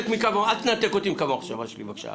אל תנתק אותי מקו המחשבה שלי בבקשה,